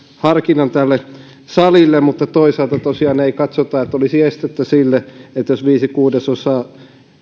harkinnan tälle salille mutta toisaalta tosiaan ei katsota että olisi estettä sille että jos viisi kuudesosaa